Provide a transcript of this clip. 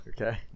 Okay